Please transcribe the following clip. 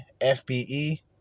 FBE